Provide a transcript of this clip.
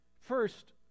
First